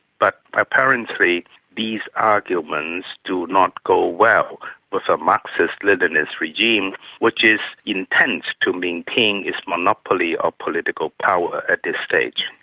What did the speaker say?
but apparently these arguments do not go well with a marxist leninist regime which intends to maintain its monopoly of political power at this stage.